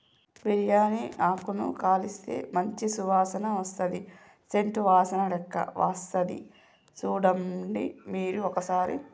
బిరియాని ఆకును కాలిస్తే మంచి సువాసన వస్తది సేంట్ వాసనలేక్క వస్తది చుడండి మీరు ఒక్కసారి